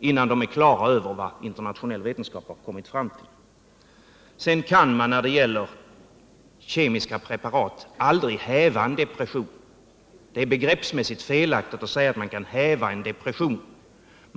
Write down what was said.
innan de är klara över vad internationell vetenskap har kommit fram till. Man kan med kemiska preparat aldrig häva en depression. Det är felaktigt att säga att man kan häva en depression.